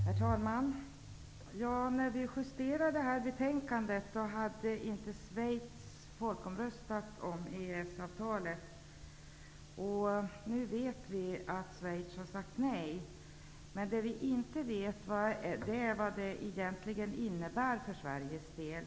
Herr talman! När vi justerade detta betänkande, hade inte Schweiz röstat om EES-avtalet. Nu vet vi att Schweiz har sagt nej. Men det vi inte vet är vad detta egentligen innebär för Sveriges del.